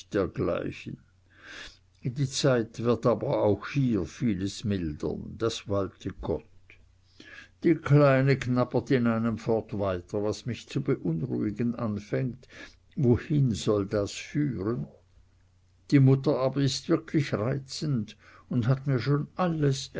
dergleichen die zeit wird aber auch hier vieles mildern das walte gott die kleine knabbert in einem fort weiter was mich zu beunruhigen anfängt wohin soll das führen die mutter aber ist wirklich reizend und hat mir schon alles